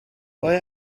ble